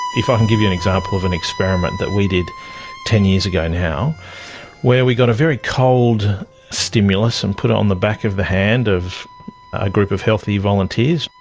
if i can give you an example of an experiment that we did ten years ago now where we got a very cold stimulus and put it on the back of the hand of a group of healthy volunteers,